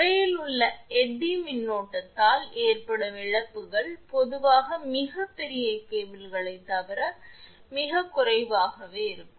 உறையில் உள்ள எடி மின்னோட்டத்தால் ஏற்படும் இழப்புகள் பொதுவாக மிகப் பெரிய கேபிள்களைத் தவிர மிகக் குறைவாகவே இருக்கும்